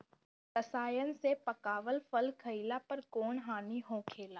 रसायन से पकावल फल खइला पर कौन हानि होखेला?